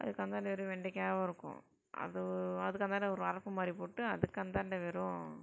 அதுக்கு அந்தாண்டை வெறும் வெண்டைக்காயாக இருக்கும் அது அதுக்கு அந்தாண்டை ஒரு வரப்புமாதிரி போட்டு அதுக்கு அந்தாண்டை வெறும்